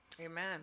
amen